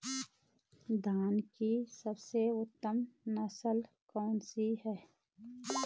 धान की सबसे उत्तम नस्ल कौन सी है?